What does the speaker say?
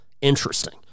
interesting